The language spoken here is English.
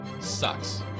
sucks